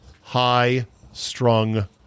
high-strung